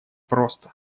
просто